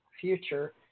future